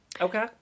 okay